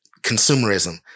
consumerism